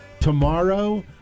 tomorrow